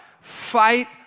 Fight